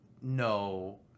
No